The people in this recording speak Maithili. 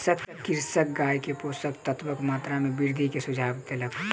चिकित्सक कृषकक गाय के पोषक तत्वक मात्रा में वृद्धि के सुझाव देलक